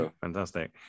Fantastic